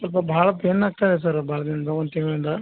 ಸ್ವಲ್ಪ ಭಾಳ ಪೇನ್ ಆಗ್ತಾಯಿದೆ ಸರ್ ಭಾಳ ದಿನದಿಂದ ಒಂದು ತಿಂಗಳಿಂದ